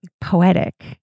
poetic